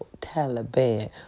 Taliban